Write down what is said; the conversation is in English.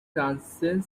transcend